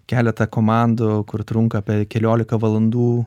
keletą komandų kur trunka per keliolika valandų